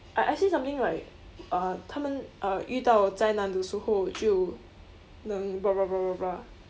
I asked him something like uh 他们 uh 遇到灾难的时候就能 blah blah blah blah blah